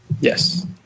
Yes